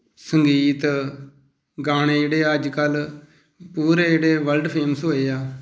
ਸੰਗੀਤ ਗਾਣੇ ਜਿਹੜੇ ਅੱਜ ਕੱਲ੍ਹ ਪੂਰੇ ਜਿਹੜੇ ਵਰਲਡ ਫੇਮਸ ਹੋਏ ਆ